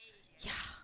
ya